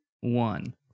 one